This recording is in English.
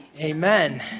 Amen